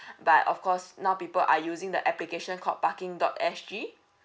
but of course now people are using the application called parking dot S G